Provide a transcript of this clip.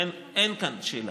לכן אין כאן שאלה.